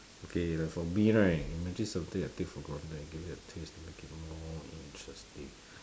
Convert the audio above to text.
okay like for me right imagine something I take for granted and give it a twist to make it more interesting